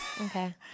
Okay